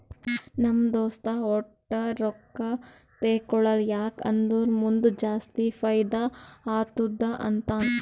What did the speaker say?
ನಮ್ ದೋಸ್ತ ವಟ್ಟೆ ರೊಕ್ಕಾ ತೇಕೊಳಲ್ಲ ಯಾಕ್ ಅಂದುರ್ ಮುಂದ್ ಜಾಸ್ತಿ ಫೈದಾ ಆತ್ತುದ ಅಂತಾನ್